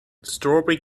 strawberry